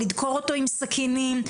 לדקור אותו עם סכינים,